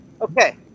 Okay